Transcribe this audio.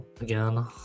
again